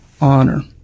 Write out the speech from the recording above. honor